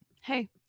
hey